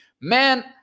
man